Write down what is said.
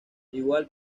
igual